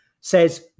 says